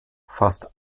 fast